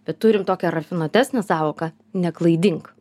bet turim tokią rafinuotesnę sąvoką neklaidink